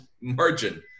margin